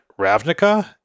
Ravnica